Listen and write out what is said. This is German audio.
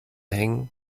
hängen